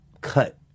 cut